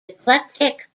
eclectic